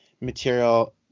material